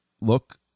look